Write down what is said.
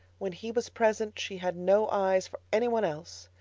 when he was present she had no eyes for any one else.